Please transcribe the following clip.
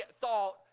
thought